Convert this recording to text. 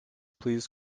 please